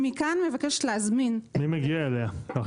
מי מגיע להכשרה הזאת?